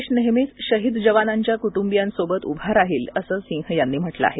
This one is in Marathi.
देश नेहमीच शहीद जवानांच्या कुटुंबीयांसोबत उभा राहील असं सिंह यांनी म्हटलं आहे